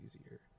easier